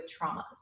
traumas